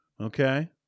Okay